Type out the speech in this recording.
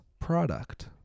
product